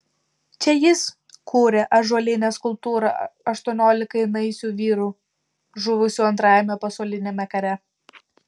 čia jis kūrė ąžuolinę skulptūrą aštuoniolikai naisių vyrų žuvusių antrajame pasauliniame kare